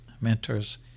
mentors